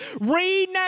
rename